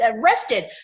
arrested